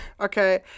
Okay